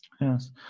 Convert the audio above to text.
Yes